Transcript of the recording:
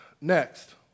Next